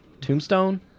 Tombstone